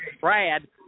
Brad